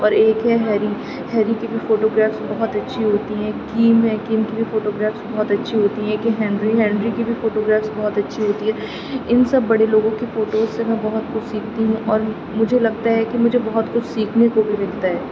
اور ایک ہے ہیری ہیری کی بھی فوٹوگرافس بہت اچھی ہوتی ہیں کیم ہے کم کی بھی فوٹوگرافس بہت اچھی ہوتی ہیں ایک ہے ہینڈری ہینڈری کی بھی فوٹوگرافس بہت اچھی ہوتی ہیں ان سب بڑے لوگوں کی فوٹوز سے میں بہت کچھ سیکھتی ہوں اور مجھے لگتا ہے کہ مجھے بہت کچھ سیکھنے کو بھی ملتا ہے